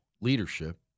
leadership